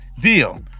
deal